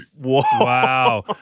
Wow